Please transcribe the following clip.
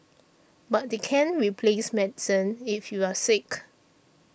but they can't replace medicine if you're sick